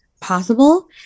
possible